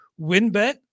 Winbet